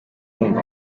urumva